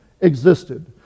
existed